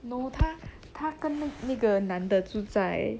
no 他他跟那个男的住在